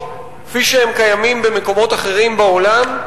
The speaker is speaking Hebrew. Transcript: כפי שהם קיימים במקומות אחרים בעולם,